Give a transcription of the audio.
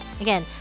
Again